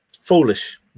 foolish